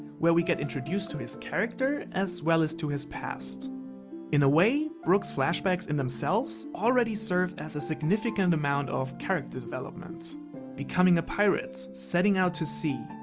where we get introduced to his character as well as to his past in a way, brook's flashbacks in themselves already serve as a significant amount of character development becoming a pirate, setting out to sea,